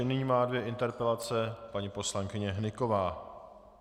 Nyní má dvě interpelace paní poslankyně Hnyková.